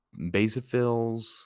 basophils